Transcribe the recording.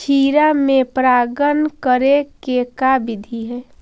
खिरा मे परागण करे के का बिधि है?